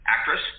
actress